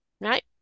Right